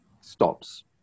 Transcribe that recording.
stops